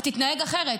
תתנהג אחרת.